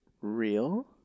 real